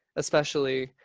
especially,